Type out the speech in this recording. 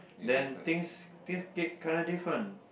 then things things get kinda different